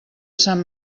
sant